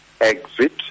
exit